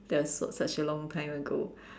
that's not such a long time ago